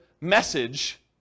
message